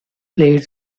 played